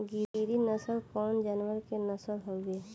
गिरी नश्ल कवने जानवर के नस्ल हयुवे?